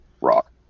Rock